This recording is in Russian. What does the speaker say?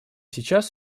сейчас